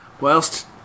Whilst